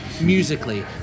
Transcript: musically